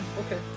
Okay